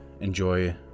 enjoy